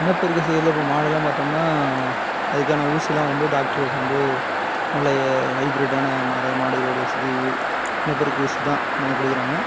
இனப்பெருக்க செயலில் இப்போ மாடெல்லாம் பார்த்தோம்னா அதுக்கான ஊசிலாம் வந்து டாக்டர்ஸ் வந்து நல்ல ஏ ஹைப்ரிட்டான மார மாடுகளோட ஒஸ்த்தி இனப்பெருக்க ஊசி தான் கொண்டாந்து கொடுக்குறாங்க